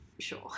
sure